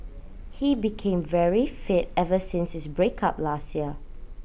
he became very fit ever since his break up last year